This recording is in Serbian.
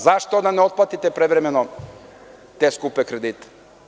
Zašto onda ne otplatite prevremene te skupe kredite?